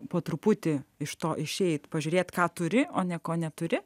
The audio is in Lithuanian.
po truputį iš to išeiti pažiūrėti ką turi o ne ko neturi